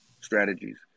strategies